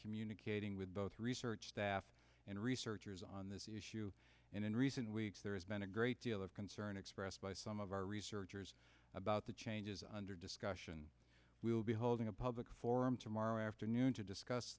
communicating with both research staff and researchers on this issue and in recent weeks there has been a great deal of concern expressed by some of our researchers about the changes under discussion we will be holding a public forum tomorrow afternoon to discuss